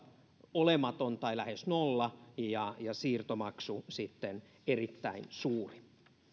olematon tai lähes nolla ja ja siirtomaksu sitten erittäin suuri